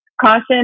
caution